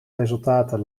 resultaten